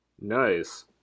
Nice